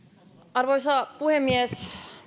arvoisa puhemies